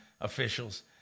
officials